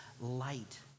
light